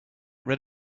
rid